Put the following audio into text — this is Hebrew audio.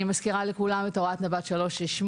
אני מזכירה לכולם את הוראת נב"ת 368,